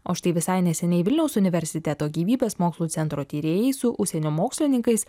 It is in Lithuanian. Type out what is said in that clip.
o štai visai neseniai vilniaus universiteto gyvybės mokslų centro tyrėjai su užsienio mokslininkais